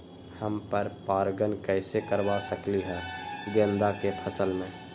हम पर पारगन कैसे करवा सकली ह गेंदा के फसल में?